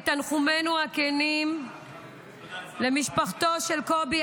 את תנחומינו הכנים למשפחתו של קובי